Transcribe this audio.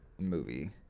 movie